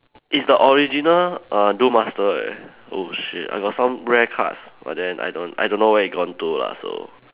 it's the original err duel master leh oh shit I got some rare cards but then I don't I don't know where it gone to lah so